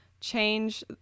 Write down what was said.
change